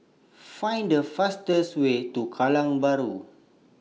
Find The fastest Way to Kallang Bahru